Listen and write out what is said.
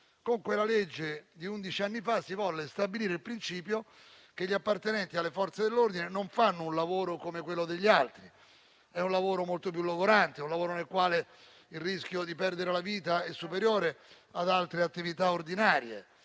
con quella legge di undici anni fa si volle stabilire il principio che gli appartenenti alle Forze dell'ordine non svolgono un lavoro come quello degli altri: è un lavoro molto più logorante, nel quale il rischio di perdere la vita è superiore rispetto a